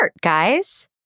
guys